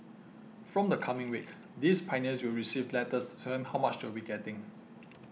from the coming week these Pioneers will receive letters to tell them how much they will be getting